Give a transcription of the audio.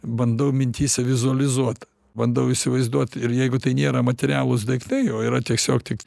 bandau mintyse vizualizuot bandau įsivaizduot ir jeigu tai nėra materialūs daiktai o yra tiesiog tik